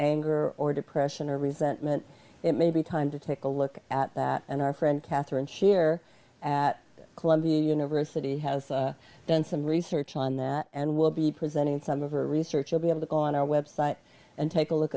anger or depression or resentment it may be time to take a look at that and our friend catherine shear at columbia university has done some research on that and will be presenting some of her research you'll be able to on our website and take a look